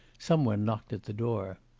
some one knocked at the door.